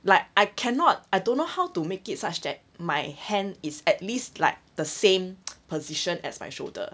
like I cannot I don't know how to make it such that my hand is at least like the same position as my shoulder